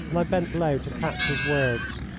and i bent low to catch his words.